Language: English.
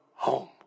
home